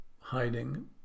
hiding